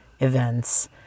events